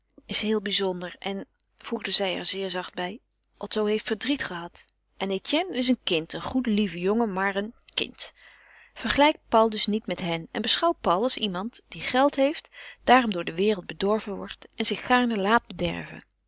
is geheel bizonder en voegde zij er zeer zacht bij otto heeft verdriet gehad en etienne is een kind een goede lieve jongen maar een kind vergelijk paul dus niet met hen en beschouw paul als iemand die geld heeft daarom door de wereld bedorven wordt en zich gaarne laat bederven